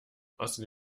außer